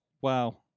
wow